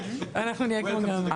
אנחנו נהיה כמו גמא.